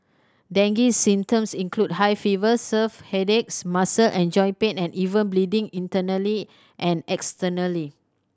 dengue symptoms include high fever serve headaches muscle and joint pain and even bleeding internally and externally